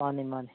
ꯃꯥꯅꯤ ꯃꯥꯅꯤ